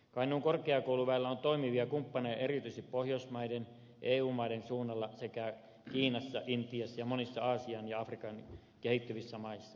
kainuun korkeakouluväellä on toimivia kumppaneita erityisesti pohjoismaiden ja eu maiden suunnalla sekä kiinassa intiassa ja monissa aasian ja afrikan kehittyvissä maissa